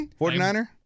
49er